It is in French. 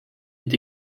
est